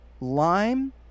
lime